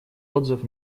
отзыв